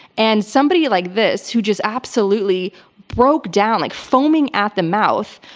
and somebody like this, who just absolutely broke down, like foaming at the mouth,